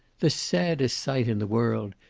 the saddest sight in the world!